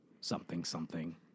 something-something